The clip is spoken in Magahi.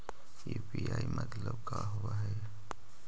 यु.पी.आई मतलब का होब हइ?